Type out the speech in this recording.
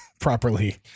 properly